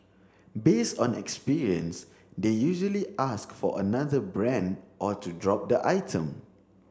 based on experience they usually ask for another brand or to drop the item